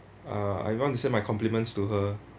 uh I want to say my compliments to her